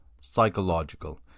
psychological